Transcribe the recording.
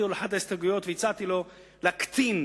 על אחת ההסתייגויות והצעתי לו להקטין,